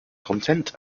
content